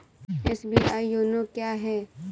SBI YONO क्या है?